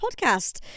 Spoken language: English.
Podcast